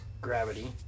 gravity